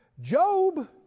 Job